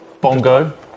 Bongo